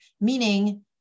meaning